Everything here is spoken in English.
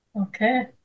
Okay